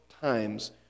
times